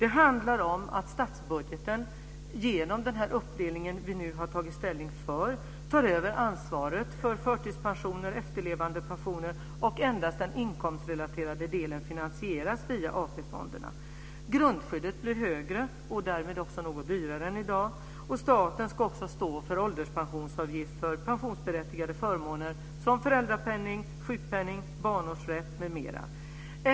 Det handlar om att statsbudgeten genom den uppdelning vi har tagit ställning för tar över ansvaret för förtidspensioner, efterlevandepensioner och endast den inkomstrelaterade delen finansieras via AP-fonderna. Grundskyddet blir högre och därmed också något dyrare än i dag. Staten ska också stå för ålderspensionsavgift för pensionsberättigade förmåner som föräldrapenning, sjukpenning, barnårsrätt m.m.